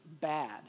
bad